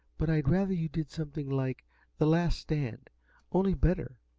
but i'd rather you did something like the last stand' only better.